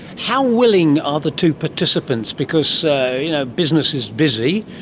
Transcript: how willing are the two participants, because so you know business is busy,